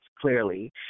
clearly